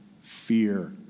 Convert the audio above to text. fear